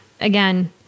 again